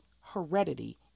heredity